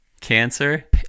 cancer